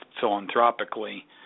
philanthropically